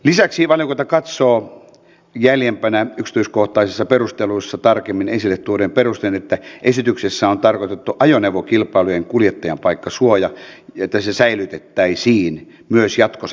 lisäksi valiokunta katsoo jäljempänä yksityiskohtaisissa perusteluissa tarkemmin esille tuoduin perustein että esityksessä on tarkoitettu että ajoneuvokilpailujen kuljettajanpaikkasuoja säilytettäisiin myös jatkossa